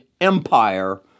empire